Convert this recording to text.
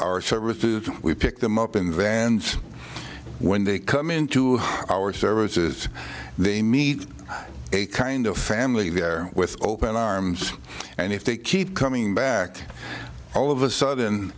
our services we pick them up in vans when they come into our services they meet a kind of family there with open arms and if they keep coming back all of a sudden